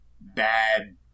bad